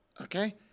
Okay